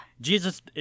Jesus